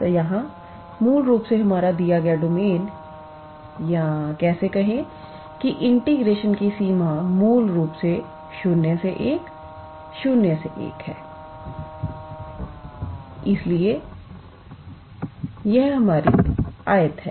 तो यहाँ मूल रूप से हमारा दिया गया डोमेन या कैसे कहें कि इंटीग्रेशन की सीमा मूल रूप से 0 से 1 0 से 1 है इसलिए यह हमारी आयत है